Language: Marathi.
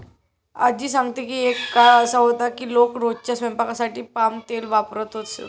आज्जी सांगते की एक काळ असा होता की लोक रोजच्या स्वयंपाकासाठी पाम तेल वापरत असत